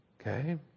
Okay